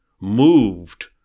moved